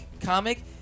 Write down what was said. comic